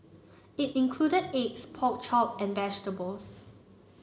it included eggs pork chop and vegetables